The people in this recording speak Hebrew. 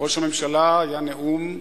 לראש הממשלה היה נאום יפה,